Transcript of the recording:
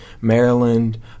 Maryland